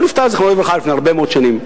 הוא נפטר, זיכרונו לברכה, לפני הרבה מאוד שנים.